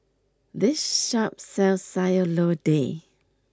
this shop sells Sayur Lodeh